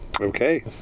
okay